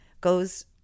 goes